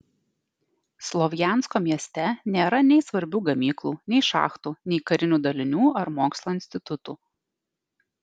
slovjansko mieste nėra nei svarbių gamyklų nei šachtų nei karinių dalinių ar mokslo institutų